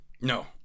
No